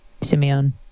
Simeon